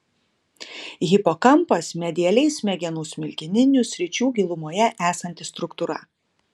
hipokampas medialiai smegenų smilkininių sričių gilumoje esanti struktūra